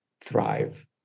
thrive